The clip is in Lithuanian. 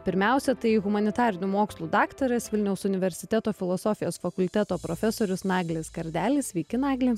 pirmiausia tai humanitarinių mokslų daktaras vilniaus universiteto filosofijos fakulteto profesorius naglis kardelis sveiki nagli